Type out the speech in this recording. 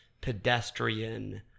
pedestrian